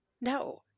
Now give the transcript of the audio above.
No